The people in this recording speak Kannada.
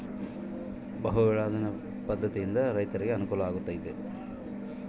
ಬಹು ಬೆಳೆ ವಿಧಾನ ಪದ್ಧತಿಯಿಂದ ರೈತರಿಗೆ ಅನುಕೂಲ ಆಗತೈತೇನ್ರಿ?